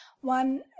one